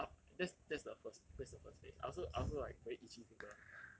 no aft~ ah that's that's the first that's the first phase I also I also like very itchy finger